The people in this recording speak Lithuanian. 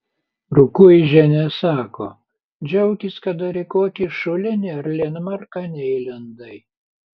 rukuižienė sako džiaukis kad dar į kokį šulinį ar linmarką neįlindai